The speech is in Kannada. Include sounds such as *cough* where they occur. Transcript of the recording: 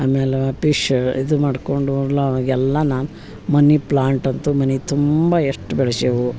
ಆಮೇಲೆ ಪಿಶ್ ಇದು ಮಾಡಿಕೊಂಡು *unintelligible* ಎಲ್ಲ ನಾನು ಮನಿ ಪ್ಲಾಂಟ್ ಅಂತೂ ಮನೆ ತುಂಬ ಎಷ್ಟು ಬೆಳ್ಸೇವು